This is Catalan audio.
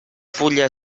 fulla